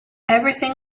everything